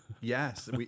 Yes